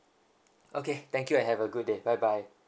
okay thank you have a good day bye bye